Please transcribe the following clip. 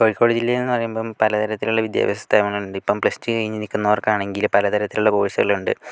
കോഴിക്കോട് ജില്ലയിൽ എന്ന് പറയുമ്പം പലതരത്തിലുള്ള വിദ്യാഭ്യാസ സ്ഥാപനങ്ങളുണ്ട് ഇപ്പം പ്ലസ് ടു കഴിഞ്ഞ് നിൽക്കുന്നവർക്കാണെങ്കിൽ പല തരത്തിലുള്ള കോഴ്സുകളുണ്ട്